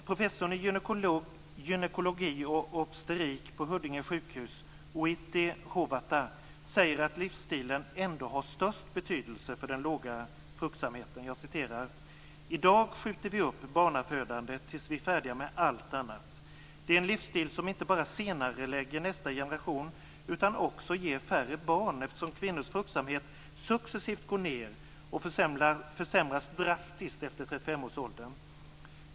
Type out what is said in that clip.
Professorn i gynekologi och obstetrik på Huddinge sjukhus, Outi Hovatta, säger att livsstilen ändå har störst betydelse för den låga fruktsamheten: "I dag skjuter vi upp barnafödandet tills vi är färdiga med allt annat. Det är en livsstil som inte bara senarelägger nästa generation utan också ger färre barn, eftersom kvinnors fruktsamhet successivt går ner och försämras drastiskt efter 35-årsåldern.